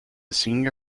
senior